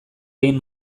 egin